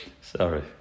Sorry